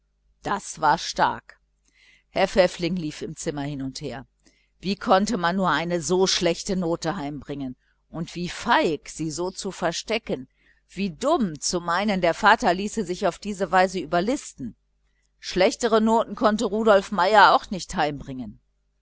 das war stark herr pfäffling lief im zimmer hin und her wie konnte man nur eine so schlechte note heimbringen und wie feig sie so zu verstecken und wie dumm zu meinen der vater ließe sich auf diese weise überlisten schlechtere noten konnte rudolf meier auch nicht heimbringen